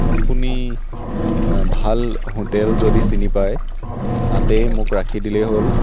আপুনি ভাল হোটেল যদি চিনি পায় তাতেই মোক ৰাখি দিলেই হ'ল